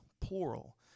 plural